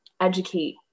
educate